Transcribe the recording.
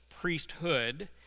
priesthood